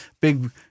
big